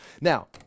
Now